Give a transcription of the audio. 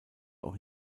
auch